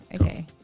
Okay